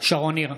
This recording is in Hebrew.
שרון ניר,